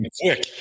quick